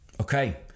Okay